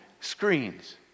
screens